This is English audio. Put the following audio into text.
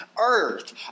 earth